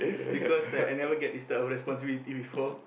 because like I never get this type of responsibility before